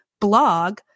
blog